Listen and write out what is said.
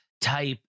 type